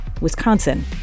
Wisconsin